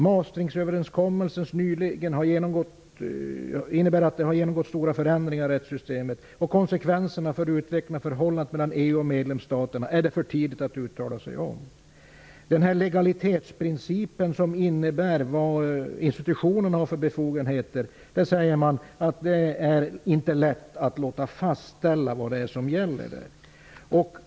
Maastrichtöverenskommelsen innebär att rättssystemet nyligen har genomgått stora förändringar. Konsekvenserna för utvecklingen av förhållandet mellan EU och medlemsstaterna är det för tidigt att uttala sig om. Beträffande legalitetsprincipen om institutionernas befogenheter säger man att det inte är lätt att fastställa vad som gäller.